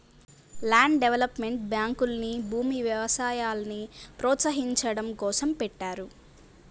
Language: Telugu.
ల్యాండ్ డెవలప్మెంట్ బ్యాంకుల్ని భూమి, వ్యవసాయాల్ని ప్రోత్సహించడం కోసం పెట్టారు